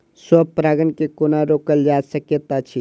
स्व परागण केँ कोना रोकल जा सकैत अछि?